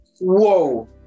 Whoa